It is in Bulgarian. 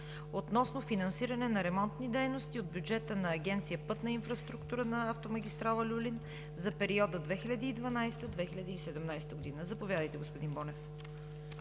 относно финансиране на ремонтни дейности от бюджета на Агенция „Пътна инфраструктура“ на автомагистрала „Люлин“ за периода 2012 – 2017 г. Заповядайте, господин Бонев.